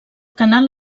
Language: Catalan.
canal